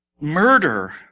Murder